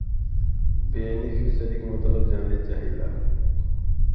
बेनिफिसरीक मतलब जाने चाहीला?